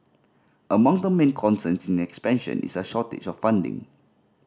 among their main concerns in expansion is a shortage of funding